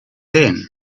then